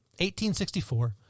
1864